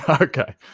Okay